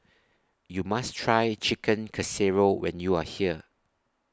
YOU must Try Chicken Casserole when YOU Are here